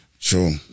true